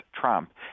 Trump